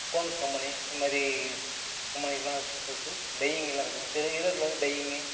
cone company இந்த மாதிரி கம்பெனிலாம் ஸ் இருக்குது டையிங் எல்லாம் இருக்குது எனக்கு தெரிஞ்சு ஈரோட்டில் வந்து டையிங்கு